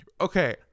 okay